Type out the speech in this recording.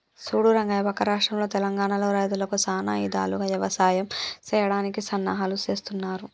సూడు రంగయ్య పక్క రాష్ట్రంలో తెలంగానలో రైతులకు సానా ఇధాలుగా యవసాయం సెయ్యడానికి సన్నాహాలు సేస్తున్నారు